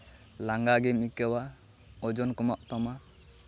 ᱞᱟᱸᱜᱟ ᱜᱮᱢ ᱟᱹᱭᱠᱟᱹᱣᱟ ᱳᱡᱚᱱ ᱠᱚᱢᱚᱜ ᱛᱟᱢᱟ